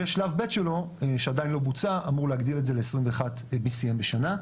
ושלב ב' שלו שעדיין לא בוצע אמור להגדיל את זה ל-21 BCM בשנה.